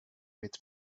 with